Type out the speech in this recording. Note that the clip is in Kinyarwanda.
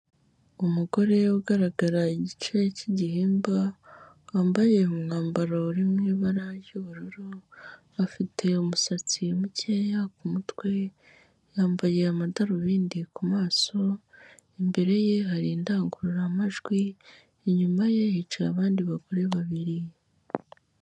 Umugore ugaragara igice cy'igihimba wambaye umwambaro uri mu ibara ry'ubururu, afite umusatsi mukeya ku mutwe yambaye amadarubindi ku maso imbere ye hari indangururamajwi inyuma ye yicaye abandi bagore babiri.